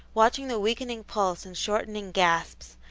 watching the weakening pulse and shortening gasps,